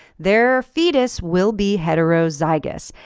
their fetus will be heterozygous.